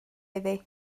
iddi